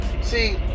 See